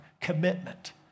commitment